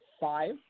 five